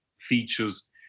Features